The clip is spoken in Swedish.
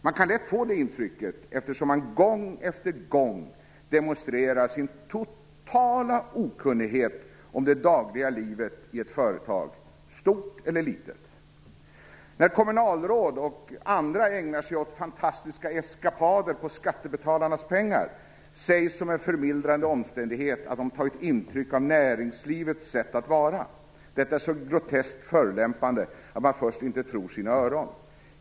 Man kan lätt få det intrycket, eftersom man gång efter gång demonstrerar sin totala okunnighet om det dagliga livet i ett företag, stort eller litet. När kommunalråd och andra ägnar sig åt fantastiska eskapader med skattebetalarnas pengar sägs som en förmildrande omständighet att de tagit intryck av näringslivets sätt att vara. Detta är så groteskt förolämpande att man först inte tror sina öron.